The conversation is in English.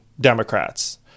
Democrats